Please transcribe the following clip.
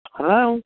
Hello